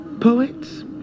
poets